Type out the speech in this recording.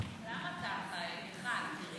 למה ככה, מיכל?